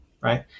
right